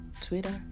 Twitter